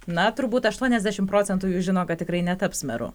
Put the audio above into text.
na turbūt aštuoniasdešimt procentų jų žino kad tikrai netaps meru